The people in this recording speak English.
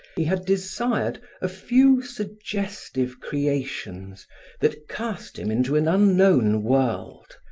he had desired a few suggestive creations that cast him into an unknown world,